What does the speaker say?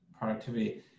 productivity